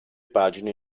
pagine